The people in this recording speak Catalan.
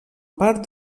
part